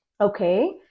okay